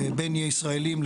בין ישראלים,